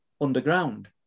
underground